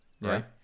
right